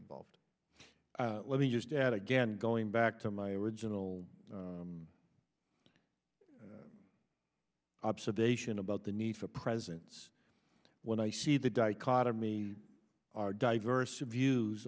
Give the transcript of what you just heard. involved let me just add again going back to my original observation about the need for presence when i see the dichotomy diverse views